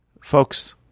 Folks